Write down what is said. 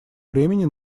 времени